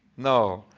no.